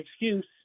excuse